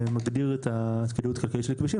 שמגדיר את הכדאיות הכלכלית של כבישים,